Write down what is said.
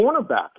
cornerback